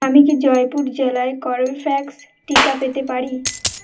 আমি কি জয়পুর জেলায় কর্বেভ্যাক্স টিকা পেতে পারি